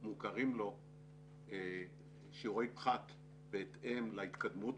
שמוכרים לו שיעורי פחת בהתאם להתקדמות,